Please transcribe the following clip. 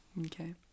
Okay